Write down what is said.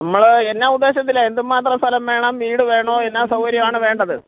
നമ്മൾ എന്നാ ഉദ്ദേശത്തിലാ എന്തും മാത്രം സ്ഥലം വേണം വീട് വേണോ എന്നാ സൗകര്യമാണ് വേണ്ടത്